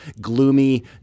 gloomy